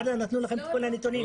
מד"א נתנו לכם את כל הנתונים?